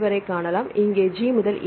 வரை காணலாம் இங்கே G முதல் A